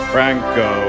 Franco